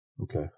Okay